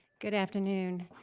good afternoon,